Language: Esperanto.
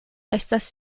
estas